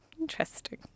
interesting